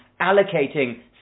allocating